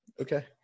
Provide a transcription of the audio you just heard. Okay